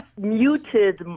muted